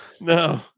No